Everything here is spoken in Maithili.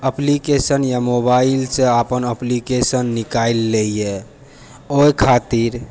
एप्लिकेशन या मोबाइलसँ अपन एप्लिकेशन निकालि लै यऽ ओइ खातिर